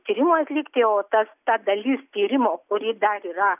tyrimui atlikti o ta ta dalis tyrimo kuri dar yra